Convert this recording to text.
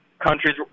countries